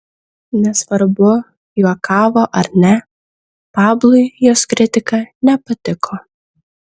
nesvarbu juokavo ar ne pablui jos kritika nepatiko